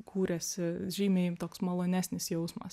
kūrėsi žymiai toks malonesnis jausmas